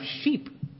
sheep